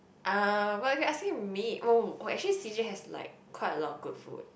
uh well if you're asking me oh oh actually C_J has like quite a lot of good food